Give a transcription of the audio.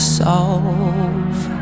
solve